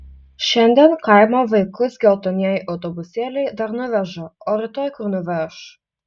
šiandien kaimo vaikus geltonieji autobusėliai dar nuveža o rytoj kur nuveš